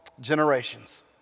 generations